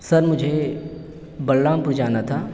سر مجھے بلرامپور جانا تھا